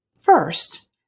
First